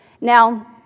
Now